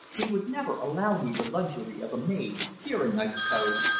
he would never allow me the luxury of a maid, fearing, i suppose,